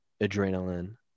adrenaline